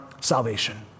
salvation